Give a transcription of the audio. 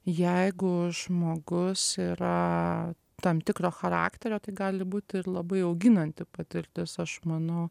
jeigu žmogus yra tam tikro charakterio tai gali būti ir labai auginanti patirtis aš manau